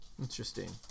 Interesting